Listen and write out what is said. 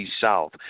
South